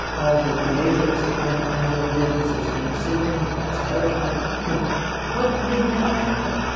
all the pietas that michelangelo did, the sistine ceiling, the last judgement you know what made that happen?